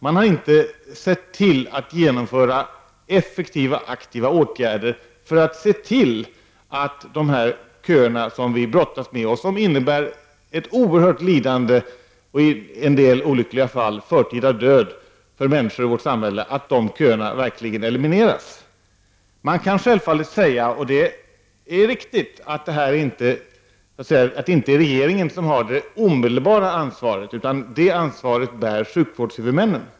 Man har inte sett till att genomföra effektiva, aktiva åtgärder för att eliminera dessa köer som vi brottas med och som innebär oerhört lidande och i en del olyckliga fall förtida död för människor. Man kan självfallet säga, helt riktigt, att det inte är regeringen som har det omedelbara ansvaret. Det ansvaret bär sjukvårdshuvudmännen.